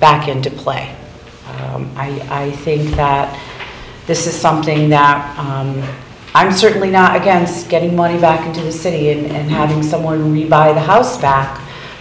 back into play and i think that this is something that i'm certainly not against getting money back into the city and having someone buy the house back